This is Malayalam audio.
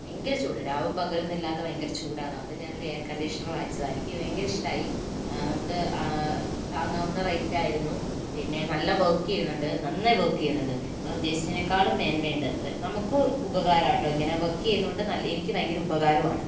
ഭയങ്കരചൂടാണ് രാവും പകലുമെന്ന് ഇല്ലാത്ത ഭയങ്കര ചൂടാണ് അപ്പോൾ ഞാൻ ഒരു എയർ കണ്ടീഷണർ വാങ്ങിച്ചതാണ് എനിക്ക് ഭയങ്കര ഇഷ്ടമായി നമുക്ക് താങ്ങാവുന്ന റേറ്റ് ആയിരുന്നു പിന്നെ നല്ല വർക്ക് ചെയ്യുന്നുണ്ട് നന്നായി വർക്ക് ചെയ്യുന്നുണ്ട് ഞാൻ ഉദ്ദേശിച്ചതിനേക്കാളും മേന്മ ഉണ്ട് നമുക്കും ഉപകാരമാണ് കേട്ടോ ഇങ്ങനെ വർക്ക് ചെയ്യുന്നതു കൊണ്ട് നല്ല എനിക്കും ഭയങ്കര ഉപകാരവുമാണ്